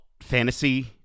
fantasy